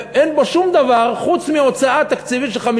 ואין בו שום דבר חוץ מהוצאה תקציבית של 5